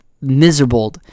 miserable